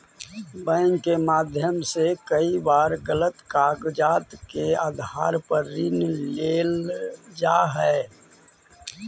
bank के माध्यम से कई बार गलत कागजात के आधार पर ऋण लेल जा हइ